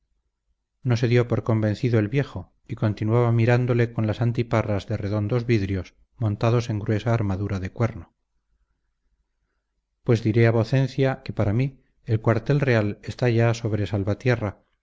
no se dio por convencido el viejo y continuaba mirándole con las antiparras de redondos vidrios montados en gruesa armadura de cuerno pues diré a vocencia que para mí el cuartel real está ya sobre salvatierra